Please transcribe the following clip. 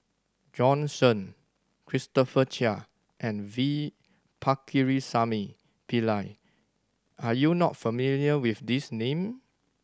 Bjorn Shen Christopher Chia and V Pakirisamy Pillai are you not familiar with these name